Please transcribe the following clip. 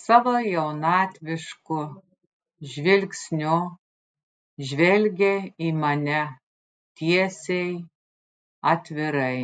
savo jaunatvišku žvilgsniu žvelgė į mane tiesiai atvirai